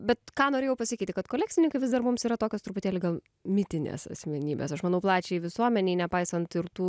bet ką norėjau pasakyti kad kolekcininkai vis dar mums yra tokios truputėlį gal mitinės asmenybės aš manau plačiajai visuomenei nepaisant ir tų